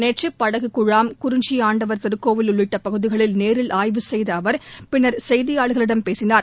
நேற்று படகு குழாம் குறிஞ்சி ஆண்டவர் திருக்கோயில் உள்ளிட்ட பகுதிகளில் நேரில் ஆய்வு செய்த அவர் பின்னர் செய்தியாளர்களிடம் பேசினார்